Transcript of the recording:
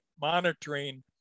monitoring